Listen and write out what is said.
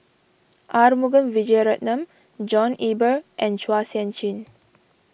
Arumugam Vijiaratnam John Eber and Chua Sian Chin